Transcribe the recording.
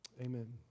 Amen